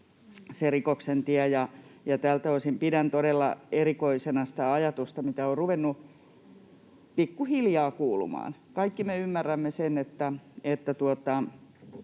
se rikoksen tie, ja tältä osin pidän todella erikoisena sitä ajatusta, mitä on ruvennut pikkuhiljaa kuulumaan. Kaikki me ymmärrämme sen, että